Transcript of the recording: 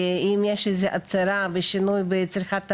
שאם יש איזה הצרה ושינוי בצריכת המים,